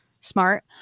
smart